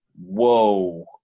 Whoa